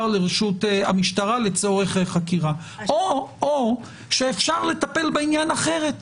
לרשות המשטרה לצורך חקירה; או שאפשר לטפל בעניין אחרת.